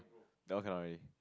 that one cannot already